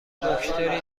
دکتری